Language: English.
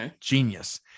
genius